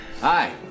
Hi